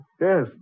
Yes